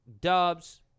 Dubs